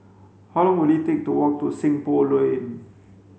how long will it take to walk to Seng Poh Lane